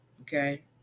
okay